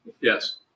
Yes